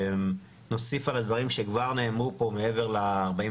נוסיף על הדברים שכבר נאמרו פה מעבר ל־41